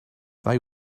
they